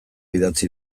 idatzi